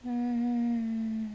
mm